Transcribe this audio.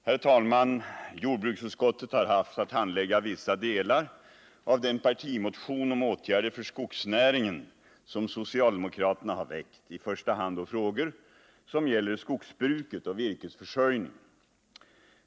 Herr talman! Jordbruksutskottet har haft att handlägga vissa delar av den partimotion om åtgärder för skogsnäringen som socialdemokraterna har väckt, i första hand då frågor som gäller skogsbruket och virkesförsörjningen.